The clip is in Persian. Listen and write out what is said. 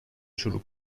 شروع